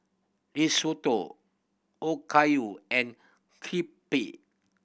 Risotto Okayu and Crepe